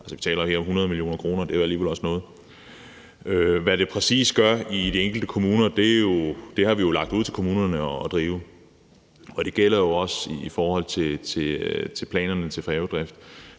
Vi taler her om 100 mio. kr., og det er alligevel også noget. Hvad de præcis gør i de enkelte kommuner, har vi jo lagt ud til kommunerne at bestemme. Det gælder også i forhold til planerne om færgedrift.